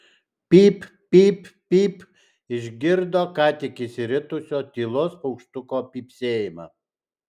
pyp pyp pyp išgirdo ką tik išsiritusio tylos paukštuko pypsėjimą